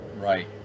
right